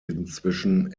inzwischen